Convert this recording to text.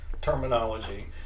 terminology